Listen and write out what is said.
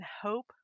hope